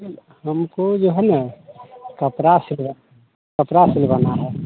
हमको जो है ना कपड़ा सिलवा कपड़ा सिलवाना है